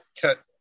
cut